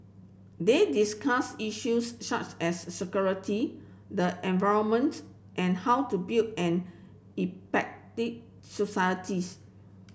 they discussed issues such as security the environment and how to build an societies